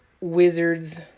Wizards